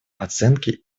оценки